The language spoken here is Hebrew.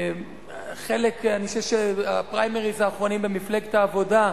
אני חושב שהפריימריס האחרונים במפלגת העבודה,